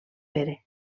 pere